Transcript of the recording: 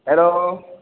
hello